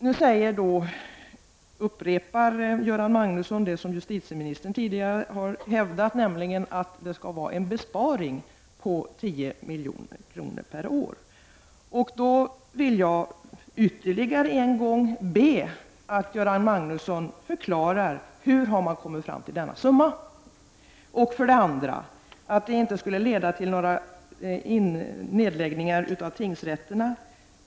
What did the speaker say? Nu upprepar Göran Magnusson det som justitieministern tidigare har hävdat, nämligen att detta skulle innebära en besparing på 10 milj.kr. per år. Jag vill då ytterligare en gång be Göran Magnusson förklara hur man har kommit fram till denna summa. Denna förändring skulle inte leda till några nedläggningar av tingsrätter.